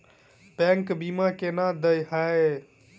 Bank बीमा केना देय है?